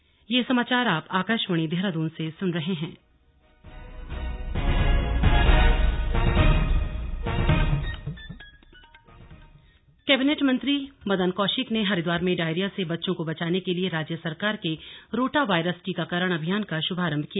slug rotavirus टीकाकरण अभियान cabinet मंत्री मदन कौशिक ने हरिद्वार में डायरिया से बच्चों को बचाने के लिए राज्य सरकार के रोटावायरस टीकाकरण अभियान का शुभारम्भ किया